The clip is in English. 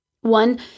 One